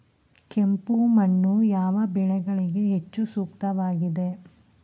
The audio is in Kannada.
ಕೆಂಪು ಮಣ್ಣು ಯಾವ ಬೆಳೆಗಳಿಗೆ ಹೆಚ್ಚು ಸೂಕ್ತವಾಗಿದೆ?